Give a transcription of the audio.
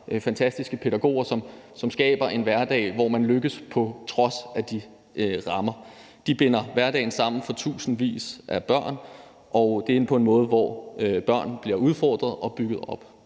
fantastiske pædagoger, som skaber en hverdag, hvor man lykkes på trods af de rammer. De binder hverdagen sammen for tusindvis af børn og det på en måde, hvor børn bliver udfordret og bygget op.